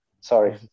Sorry